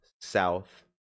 South